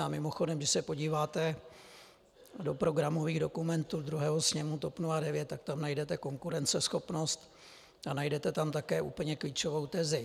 A mimochodem, když se podíváte do programových dokumentů 2. sněmu TOP 09, tak tam najdete konkurenceschopnost a najdete tam také úplně klíčovou tezi.